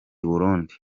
burundi